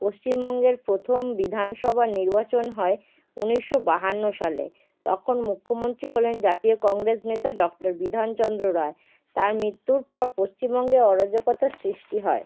পশ্চিমবঙ্গের প্রথম বিধানসভা নির্বাচন হয় উনিশশো বাহান্ন সালে তখন মুখ্যমন্ত্রী হলেন জাতীয় কংগ্রেস নেতা ডক্টর বিধানচন্দ্র রায় তার মৃত্যুর পর পশ্চিমবঙ্গে অরাজকতার সৃষ্টি হয়